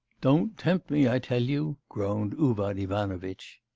don't tempt me, i tell you groaned uvar ivanovitch.